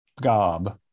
gob